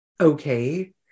okay